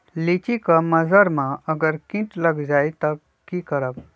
लिचि क मजर म अगर किट लग जाई त की करब?